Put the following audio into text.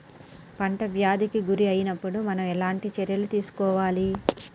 పంట వ్యాధి కి గురి అయినపుడు మనం ఎలాంటి చర్య తీసుకోవాలి?